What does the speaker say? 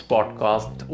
Podcast